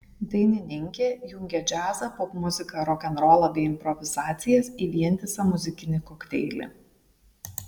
dainininkė jungia džiazą popmuziką rokenrolą bei improvizacijas į vientisą muzikinį kokteilį